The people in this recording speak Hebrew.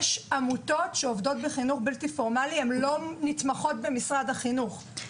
יש עמותות שעובדות בחינוך בלתי פורמלי והן לא נתמכות במשרד החינוך.